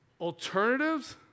alternatives